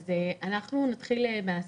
אנחנו נתחיל מהסוף.